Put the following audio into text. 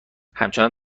همچنان